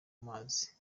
mazi